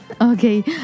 okay